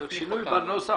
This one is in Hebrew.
צריך שינוי בנוסח.